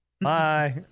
Bye